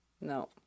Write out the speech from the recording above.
No